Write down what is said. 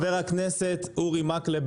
חבר הכנסת אורי מקלב,